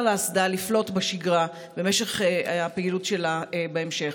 לאסדה לפלוט בשגרה בפעילות שלה בהמשך.